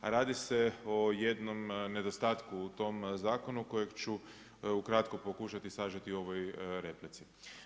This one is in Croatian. A radi se o jednom nedostatku u tom zakonu kojeg ću u kratko pokušati sažeti u ovoj replici.